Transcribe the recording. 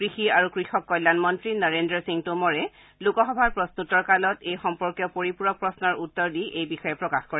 কৃষি আৰু কৃষক কল্যাণ মন্ত্ৰী নৰেন্দ্ৰ সিং টোমৰে লোকসভাত প্ৰশ্নত্তোৰ কালত এই সম্পৰ্কীয় পৰিপূৰক প্ৰশ্নৰ উত্তৰ দি এই কথা প্ৰকাশ কৰে